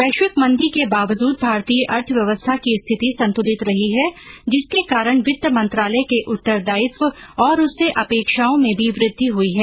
वैश्विक मंदी के बावजूद भारतीय अर्थव्यवस्था की स्थिति संतुलित रही है जिसके कारण वित्त मंत्रालय के उत्तरदायित्व और उससे अपेक्षाओं में भी वृद्धि हुई है